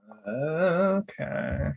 Okay